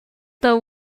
the